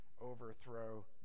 overthrow